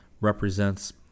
represents